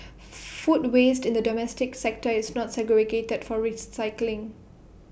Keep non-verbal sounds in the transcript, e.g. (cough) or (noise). (noise) food waste in the domestic sector is not segregated for rates cycling